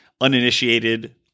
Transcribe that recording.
uninitiated